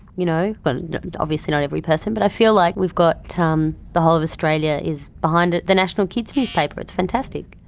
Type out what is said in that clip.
you know well, obviously not every person but i feel like we've got um the whole of australia is behind it, the national kids' newspaper, it's fantastic.